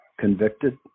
convicted